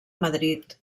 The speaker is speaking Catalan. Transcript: madrid